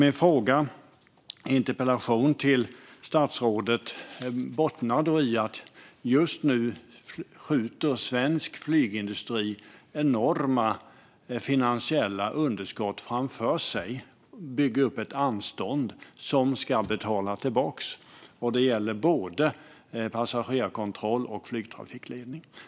Min interpellation till statsrådet bottnar i att svensk flygindustri just nu skjuter enorma finansiella underskott framför sig och bygger upp ett anstånd som ska betalas tillbaka. Det gäller både passagerarkontroll och flygtrafikledning.